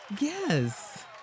Yes